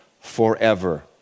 forever